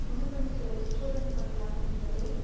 ಉಣಬಡಿಸುವ ರೆಸ್ಟೋರೆಂಟ್ಗಳು ಯಾವ್ದು ಎಂದರೆ